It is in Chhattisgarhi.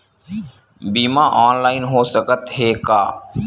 बीमा ऑनलाइन हो सकत हे का?